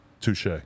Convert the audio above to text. touche